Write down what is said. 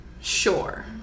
sure